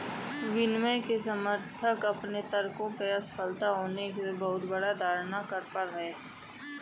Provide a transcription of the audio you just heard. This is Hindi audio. विनियमन के समर्थक अपने तर्कों को असफल होने के लिए बहुत बड़ा धारणा पर हैं